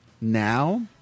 now